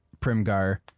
Primgar